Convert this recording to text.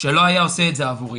שלא היה עושה את זה עבורי.